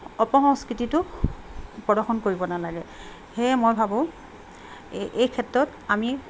অপসংস্কৃতিটো প্ৰদৰ্শন কৰিব নালাগে সেয়ে মই ভাবোঁ এই এই ক্ষেত্ৰত আমি